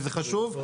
וזה חשוב.